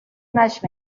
naix